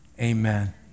amen